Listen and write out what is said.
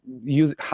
use